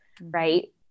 right